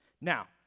Now